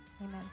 Amen